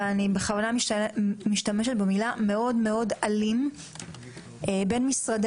ואני בכוונה משתמשת במילה - מאוד אלים בין משרדי